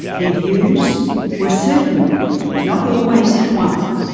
their views were certainly not always at one.